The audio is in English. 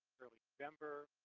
early november.